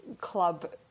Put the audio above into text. club